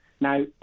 Now